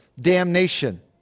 damnation